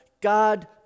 God